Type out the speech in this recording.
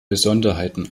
besonderheiten